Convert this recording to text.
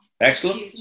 Excellent